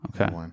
Okay